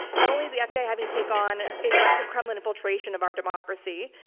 not only is the fbi having to take on the aggressive kremlin infiltration of our democracy,